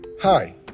Hi